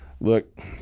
Look